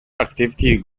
activity